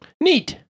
Neat